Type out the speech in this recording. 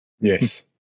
Yes